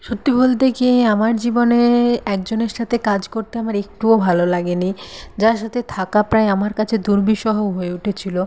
সত্যি বলতে কী আমার জীবনে একজনের সাথে কাজ করতে আমার একটুকুও ভালো লাগেনি যার সাথে থাকা প্রায় আমার কাছে দুর্বিষহ হয়ে উঠেছিল